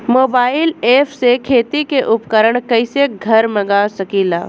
Mobile ऐपसे खेती के उपकरण कइसे घर मगा सकीला?